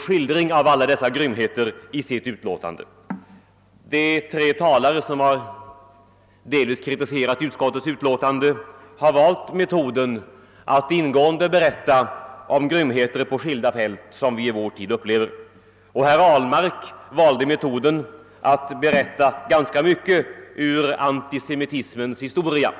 skildra alla dessa grymheter i sitt utlåtande. De tre talare som delvis har kritiserat utskottets utlåtande har valt metoden att ingående berätta om grymheter som vi i vår tid upplever. Herr Ahlmark valde metoden att berätta ganska mycket ur antisemitismens historia.